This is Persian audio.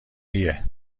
ایه